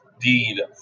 deed